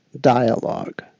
dialogue